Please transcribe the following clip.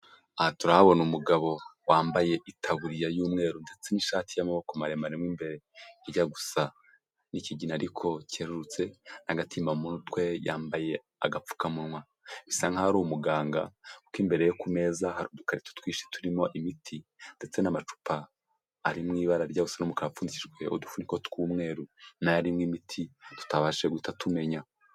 Aha turahabona umugabo wambaye itaburiya y'umweru ndetse n'ishati y'amaboko maremare mo imbere. Ijya gusa n'ikigina ariko cyerurutse, n'agatimba mu mutwe, yambaye agapfukamunwa. Bisa nkaho ari umuganga, kuko imbere ye ku meza hari udukarito twinshi turimo imiti ndetse n'amacupa ari mu ibara rijya n'umukara apfundikishijwe udufuniko tw'umweru nayo arimo imiti tutabashije guhita tumenya.